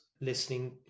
listening